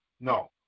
No